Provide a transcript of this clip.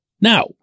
Now